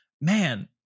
man